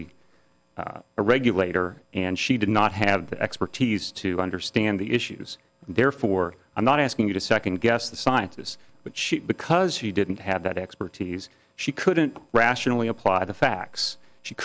a a regulator and she did not have the expertise to understand the issues therefore i'm not asking you to second guess the scientists but she because he didn't have that expertise she couldn't rationally apply the facts she